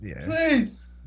Please